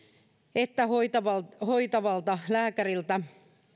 että kun hoitavalta lääkäriltä